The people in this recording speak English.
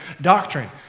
doctrine